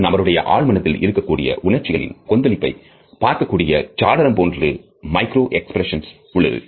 ஒரு நபருடைய ஆழ்மனதில் இருக்கக்கூடிய உணர்ச்சிகளின் கொந்தளிப்பை பார்க்கக்கூடிய சாளரம் போன்று மைக்ரோ எக்ஸ்பிரஷன்ஸ் உள்ளது